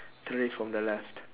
three from the left